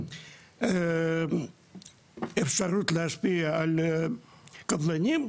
אפשרות להשפיע על קבלנים,